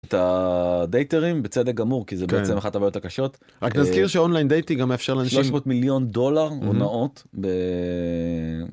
דייטרים בצדק גמור כי זה בעצם אחת הבעיות הקשות רק נזכיר שאונליין דייטינג גם מאפשר לאנשים 300 מיליון דולר הונאות.